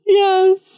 yes